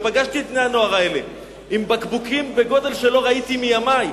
ופגשתי את בני הנוער האלה עם בקבוקים בגודל שלא ראיתי מימי,